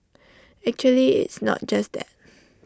actually it's not just that